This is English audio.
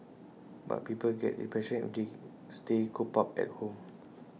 but people get depression if they stay cooped up at home